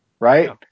Right